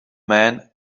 man